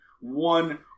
one